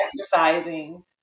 exercising